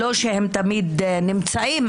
לא שהם תמיד נמצאים,